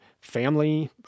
family